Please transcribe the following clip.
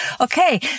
okay